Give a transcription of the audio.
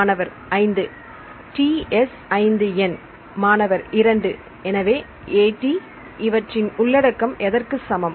மாணவர்5 TS 5 எண் மாணவர் 2 எனவே AT இவற்றின் உள்ளடக்கம் எதற்கு சமம்